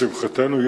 לשמחתנו,